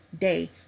day